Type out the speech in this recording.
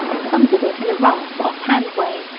some did it in a rough, offhand way,